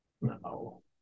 No